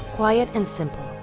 quiet and simple,